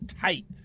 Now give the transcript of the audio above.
tight